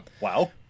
Wow